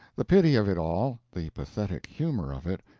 the pity of it all, the pathetic humor of it,